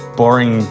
boring